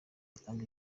atanga